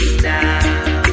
now